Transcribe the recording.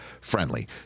friendly